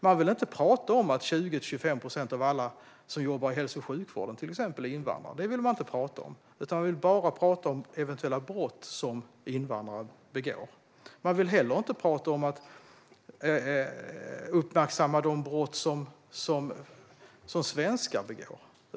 Man vill inte prata om att 20-25 procent av alla som jobbar i hälso och sjukvården, till exempel, är invandrare. Det vill man inte prata om, utan man vill bara prata om eventuella brott som invandrare begår. Man vill inte heller prata om och uppmärksamma de brott som svenskar begår.